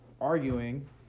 arguing